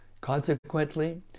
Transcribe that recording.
Consequently